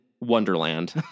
Wonderland